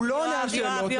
הוא לא עונה על שאלות.